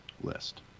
list